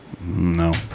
No